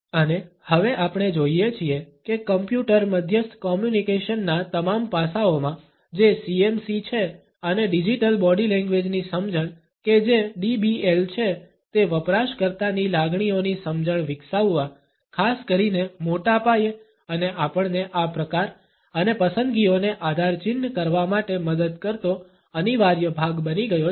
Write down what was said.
અને હવે આપણે જોઈએ છીએ કે કમ્પ્યુટર મધ્યસ્થ કોમ્યુનિકેશનના તમામ પાસાઓમાં જે CMC છે અને ડિજિટલ બોડી લેંગ્વેજની સમજણ કે જે DBL છે તે વપરાશકર્તાની લાગણીઓની સમજણ વિકસાવવા ખાસ કરીને મોટા પાયે અને આપણને આ પ્રકાર અને પસંદગીઓને આધાર ચિહ્ન કરવા માટે મદદ કરતો અનિવાર્ય ભાગ બની ગયો છે